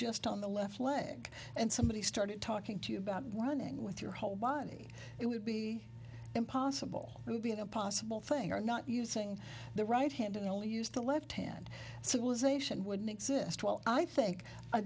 just on the left leg and somebody started talking to you about running with your whole body it would be impossible it would be an impossible thing are not using the right hand and only used the left hand civilization wouldn't exist well i think